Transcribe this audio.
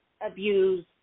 abuse